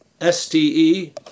S-T-E